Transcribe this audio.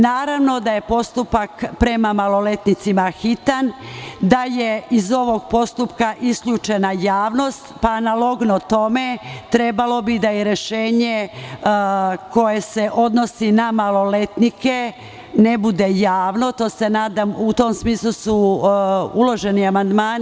Naravno da je postupak prema maloletnicima hitan, da je iz ovog postupka isključena javnost, pa analogno tome trebalo bi da rešenje koje se odnosi na maloletnike ne bude javno, u tom smislu su uloženi amandmani.